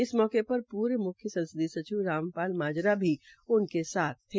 इस मौकेपर पूर्व मुख्य संसदीय सचिव रामपाल माजरा भी उनके साथ थे